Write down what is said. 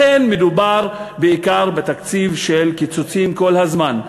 לכן מדובר בעיקר בתקציב של קיצוצים כל הזמן.